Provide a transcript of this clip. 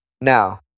Now